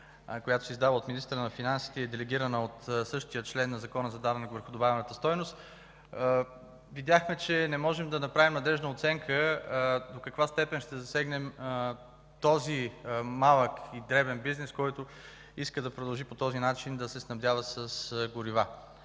която се издава от министъра на финансите и е делегирана от същия член на Закона за данък върху добавената стойност, видяхме, че не можем да направим надеждна оценка до каква степен ще засегнем този малък и дребен бизнес, който иска да продължи да се снабдява с горива